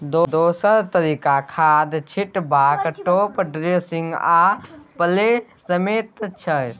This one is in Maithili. दोसर तरीका खाद छीटबाक टाँप ड्रेसिंग आ प्लेसमेंट छै